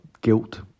guilt